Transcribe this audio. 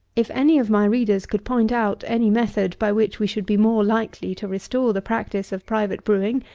if any of my readers could point out any method by which we should be more likely to restore the practice of private brewing,